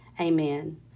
Amen